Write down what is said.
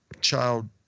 child